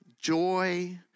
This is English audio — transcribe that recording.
joy